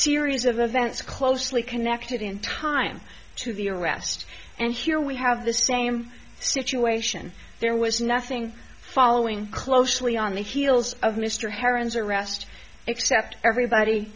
series of events closely connected in time to the arrest and here we have the same situation there was nothing following closely on the heels of mr heron's arrest except everybody